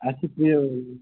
اَسہِ یہِ